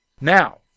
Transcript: Now